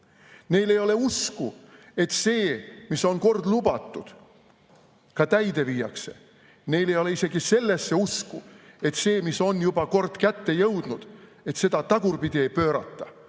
Neil ei ole usku, et see, mida on kord lubatud, ka täide viiakse. Neil ei ole isegi sellesse usku, et seda, mis on juba kord kätte jõudnud, enam tagasi ei pöörata.